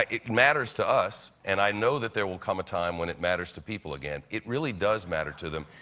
ah it matters to us. and i know there will come a time when it matters to people again. it really does matter to them.